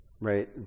right